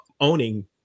owning